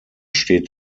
steht